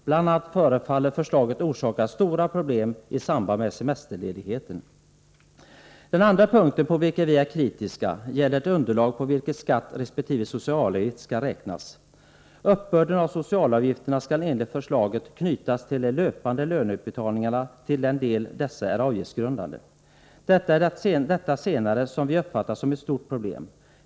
Bl.a. förefaller förslaget orsaka stora problem i samband med semesterledigheten. Den andra punkten på vilken vi är kritiska gäller det underlag på vilket skatt resp. socialavgift skall räknas. Uppbörden av socialavgifterna skall enligt förslaget knytas till de löpande löneutbetalningarna, till den del dessa är avgiftsgrundande. Det är detta senare som vi uppfattar som ett stort problem.